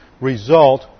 result